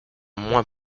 moins